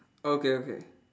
okay okay